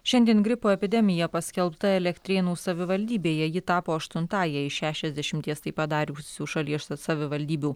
šiandien gripo epidemija paskelbta elektrėnų savivaldybėje ji tapo aštuntąja iš šešiasdešimties tai padariusių šalies savivaldybių